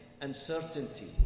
uncertainty